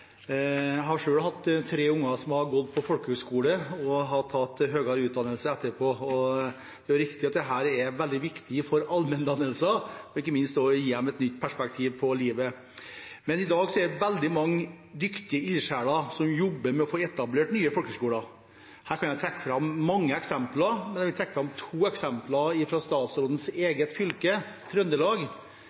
tatt høyere utdanning etterpå. Det er riktig at dette er veldig viktig for allmenndannelsen og ikke minst kan det gi et nytt perspektiv på livet. I dag er det veldig mange dyktige ildsjeler som jobber med å få etablert nye folkehøgskoler. Her kan jeg trekke fram mange eksempler, men jeg vil trekke fram to eksempler fra statsrådens eget fylke, Trøndelag: